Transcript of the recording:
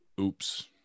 Oops